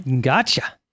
gotcha